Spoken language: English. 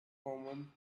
common